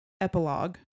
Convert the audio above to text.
epilogue